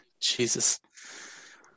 Jesus